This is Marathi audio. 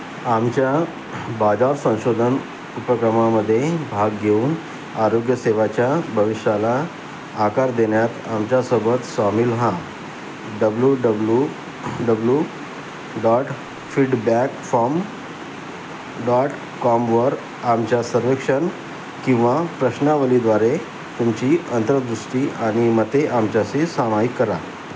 आमच्या बाजार संशोधन उपक्रमामध्ये भाग घेऊन आरोग्यसेवेच्या भविष्याला आकार देण्यात आमच्यासोबत सामील व्हा W W W dot feedback form dot कॉमवर आमच्या सर्वेक्षण किंवा प्रश्नावलीद्वारे तुमची अंतर्दृष्टी आणि मते आमच्याशी सामाईक करा